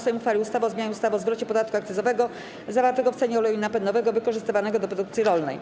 Sejm uchwalił ustawę o zmianie ustawy o zwrocie podatku akcyzowego zawartego w cenie oleju napędowego wykorzystywanego do produkcji rolnej.